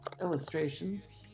illustrations